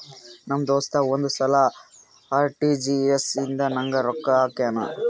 ನಮ್ ದೋಸ್ತ ಒಂದ್ ಸಲಾ ಆರ್.ಟಿ.ಜಿ.ಎಸ್ ಇಂದ ನಂಗ್ ರೊಕ್ಕಾ ಹಾಕ್ಯಾನ್